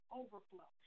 overflow